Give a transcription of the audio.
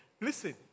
Listen